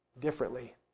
differently